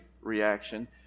reaction